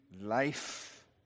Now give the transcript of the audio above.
life